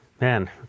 Man